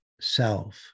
self